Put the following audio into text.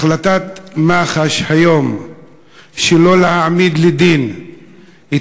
החלטת מח"ש היום שלא להעמיד לדין את